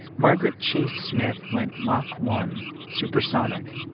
margaret chase smith went mach one supersonic.